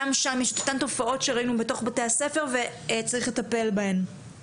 גם שם יש את אותן תופעות שראינו בתוך בתי הספר וצריך לטפל בהם,